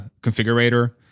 configurator